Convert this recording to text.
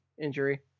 injury